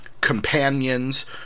companions